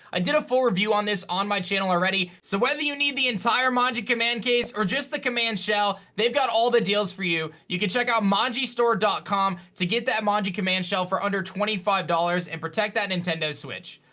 i did a full review on this on my channel already so whether you need the entire manji command case or just the command shell, they've got all the deals for you. you could check out manjistore dot com to get that manji command shell for under twenty five dollars and protect that nintendo switch.